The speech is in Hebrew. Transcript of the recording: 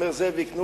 הוא אומר: זאביק,